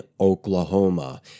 Oklahoma